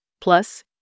plus